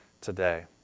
today